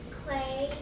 clay